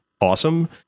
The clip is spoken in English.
awesome